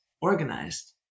organized